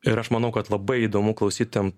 ir aš manau kad labai įdomu klausytojam